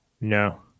No